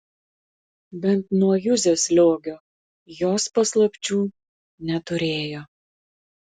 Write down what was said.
bent nuo juzės liogio jos paslapčių neturėjo